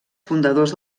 fundadors